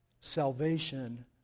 Salvation